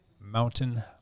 Mountain